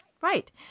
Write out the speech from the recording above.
Right